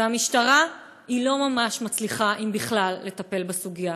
והמשטרה לא ממש מצליחה, אם בכלל, לטפל בסוגיה.